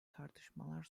tartışmalar